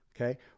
Okay